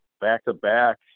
back-to-back